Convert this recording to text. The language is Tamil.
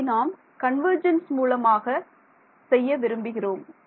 இதை நாம் கன்வர்ஜென்ஸ் மூலமாக செய்ய விரும்புகிறோம்